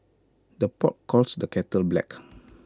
the pot calls the kettle black